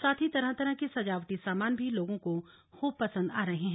साथ ही तरह तरह के सजावटी सामान भी लोगों को खूब पसंद आ रहे हैं